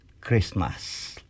Christmas